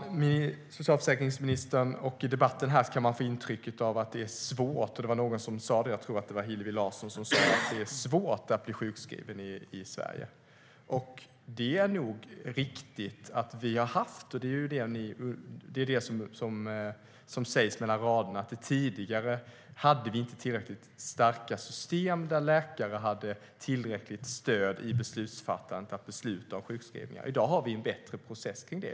Av socialförsäkringsministern och debatten här kan man få intryck av att det är svårt att bli sjukskriven i Sverige - jag tror att det var Hillevi Larsson som sa det. Det är nog riktigt att vi har haft det på det sättet. Det som sägs mellan raderna är att vi tidigare inte hade tillräckligt starka system för att läkare skulle ha tillräckligt stöd i beslutsfattandet om sjukskrivningar. I dag har vi en bättre process för det.